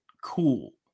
cool